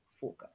focus